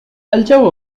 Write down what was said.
الجو